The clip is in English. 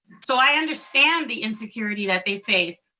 so i understand the insecurity that they face.